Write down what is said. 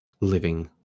living